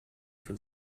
for